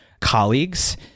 colleagues